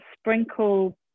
sprinkle